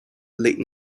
late